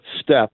step